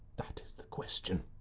that is the question.